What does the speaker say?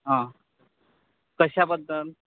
हां कशाबद्दल